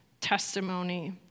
testimony